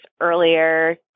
earlier